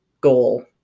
goal